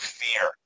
fear